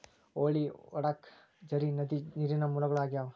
ಹೊಳಿ, ಹೊಳಡಾ, ಝರಿ, ನದಿ ನೇರಿನ ಮೂಲಗಳು ಆಗ್ಯಾವ